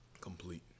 Complete